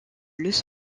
los